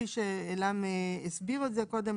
כפי שעילם הסביר את זה קודם,